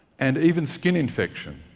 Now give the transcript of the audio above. and even skin infection,